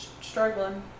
struggling